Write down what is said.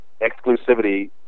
exclusivity